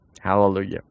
Hallelujah